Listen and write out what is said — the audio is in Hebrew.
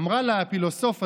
אמרה לפילוסוף הזה,